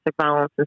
violence